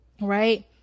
Right